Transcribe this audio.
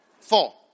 Four